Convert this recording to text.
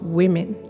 women